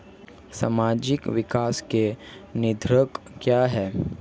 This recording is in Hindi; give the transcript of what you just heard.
सामाजिक विकास के निर्धारक क्या है?